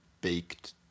baked